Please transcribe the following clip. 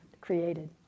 created